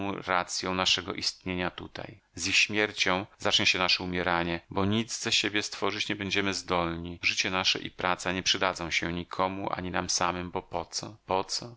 racją naszego istnienia tutaj z ich śmiercią zacznie się nasze umieranie bo nic ze siebie stworzyć nie będziemy zdolni życie nasze i praca nie przydadzą się nikomu ani nam samym bo po co po co